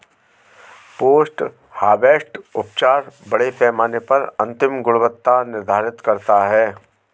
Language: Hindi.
पोस्ट हार्वेस्ट उपचार बड़े पैमाने पर अंतिम गुणवत्ता निर्धारित करता है